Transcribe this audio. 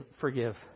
forgive